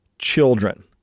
children